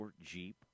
Jeep